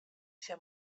się